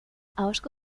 ahozko